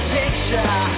picture